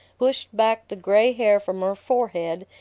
pushed back the gray hair from her forehead,